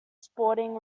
sporting